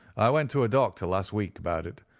i went to a doctor last week about it,